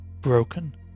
broken